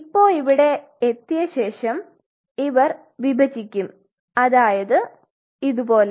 ഇപ്പൊ ഇവിടെ എത്തിയ ശേഷം ഇവർ വിഭജിക്കും അതായത് ഇതുപോലെ